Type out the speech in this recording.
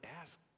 ask